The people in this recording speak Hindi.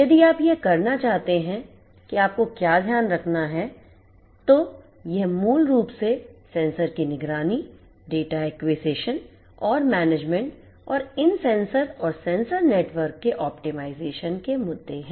यदि आप यह करना चाहते हैं कि आपको क्या ध्यान रखना है तो यह मूल रूप से सेंसर की निगरानी डेटा ACQUISITION और MANAGEMENT और इन सेंसर और सेंसर नेटवर्क के OPTIMIZATION के मुद्दे हैं